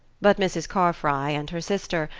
but mrs. carfry and her sister,